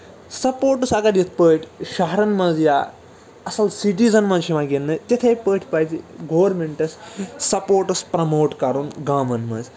sports اَگر یِتھ پٲٹھۍ شَہرَن منٛز یا اَصٕل سِٹیٖزَن منٛز چھُ یِوان گِندانہٕ تِتھٕے پٲٹھۍ پَزِ گورمینٹَس سَپوٹٕس پرٛموٹ کَرُن گامَس منٛز